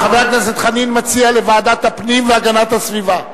חבר הכנסת חנין מציע לוועדת הפנים והגנת הסביבה.